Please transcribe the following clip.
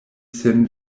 sen